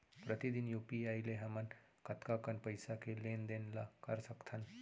प्रतिदन यू.पी.आई ले हमन कतका कन पइसा के लेन देन ल कर सकथन?